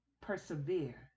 Persevere